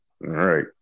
Right